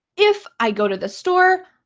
if i go to the store,